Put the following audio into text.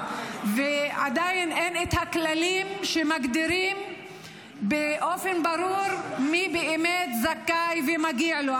עדיין אין את הכללים שמגדירים באופן ברור מי באמת זכאי ומגיע לו.